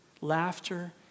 Laughter